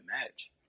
match